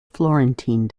florentine